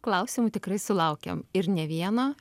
klausimų tikrai sulaukiam ir ne vieno